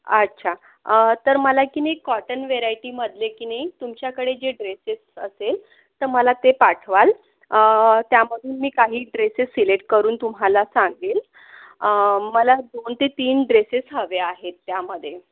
अच्छा अं तर मला की नै कॉटन व्हरायटी मधले की नै तुमच्याकडे जे ड्रेसेस असेल तर मला ते पाठवाल अं त्यामधून मी काही ड्रेसेस सिलेक्ट करून तुम्हाला सांगेल अं मला दोन ते तीन ड्रेसेस हवे आहेत त्यामध्ये